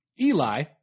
Eli